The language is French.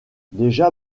déjà